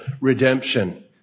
redemption